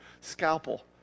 scalpel